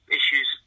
issues